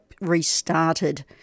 restarted